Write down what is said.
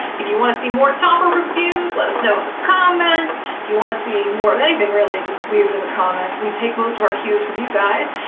if you wanna see more topper reviews, let us know in the comments. if you wanna see more of anything really, just leave it in the comments. we take most of our cues from you guys.